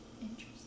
Interesting